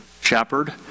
shepherd